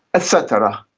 et cetera.